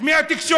אז מי התקשורת?